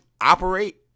operate